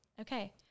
Okay